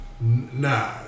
nah